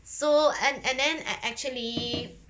so and and then ac~ ac~ actually